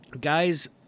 Guys